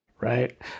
Right